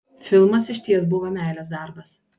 filmas išties buvo meilės darbas